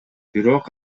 бирок